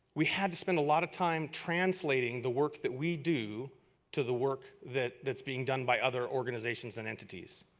we had to spend a lot of time translating the work that we do to the work that is being done by other organizations and entities.